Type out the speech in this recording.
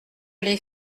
les